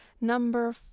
Number